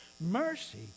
Mercy